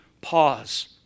pause